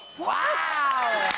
wow.